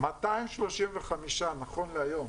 235 נכון להיום,